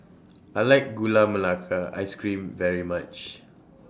I like Gula Melaka Ice Cream very much